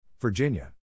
Virginia